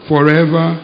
Forever